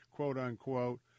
quote-unquote